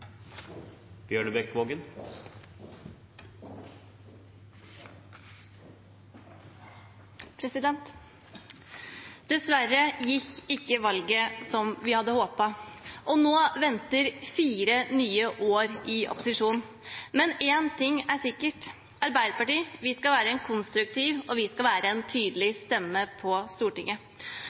Dessverre gikk ikke valget slik vi hadde håpet, og nå venter fire nye år i opposisjon. Men én ting er sikkert: Arbeiderpartiet skal være en konstruktiv og tydelig stemme på Stortinget. Arbeiderpartiet skal fortsette å utvikle og stemme for god politikk som svarer på